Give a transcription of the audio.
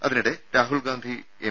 അതിനിടെ രാഹുൽ ഗാന്ധി എം